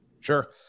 Sure